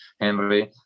Henry